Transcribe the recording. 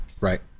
Right